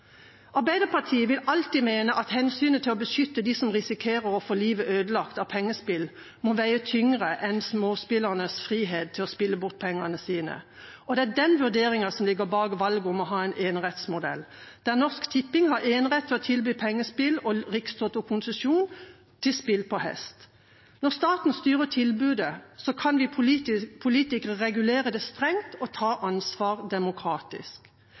Arbeiderpartiet vil alltid mene at hensynet til å beskytte dem som risikerer å få livet ødelagt av pengespill, må veie tyngre enn småspillernes frihet til å spille bort pengene sine. Det er den vurderingen som ligger bak valget om å ha en enerettsmodell der Norsk Tipping har enerett til å tilby pengespill og Rikstoto konsesjon til spill på hest. Når staten styrer tilbudet, kan vi politikere regulere det strengt og ta ansvar demokratisk.